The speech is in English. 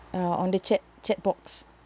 uh on the chat chat box